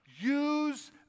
Use